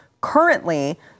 currently